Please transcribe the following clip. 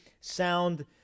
sound